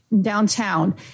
downtown